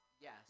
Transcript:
Yes